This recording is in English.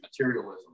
materialism